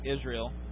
Israel